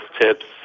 tips